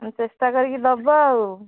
ଚେଷ୍ଟା କରିକି ଦେବ ଆଉ